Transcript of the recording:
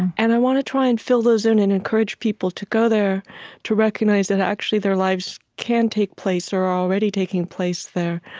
and i want to try and fill those in and encourage people to go there to recognize that actually their lives can take place or are already taking place there.